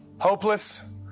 hopeless